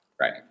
Right